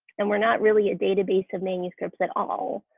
and we're not really a database of manuscripts at all.